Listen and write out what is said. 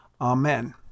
amen